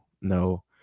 no